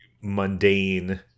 mundane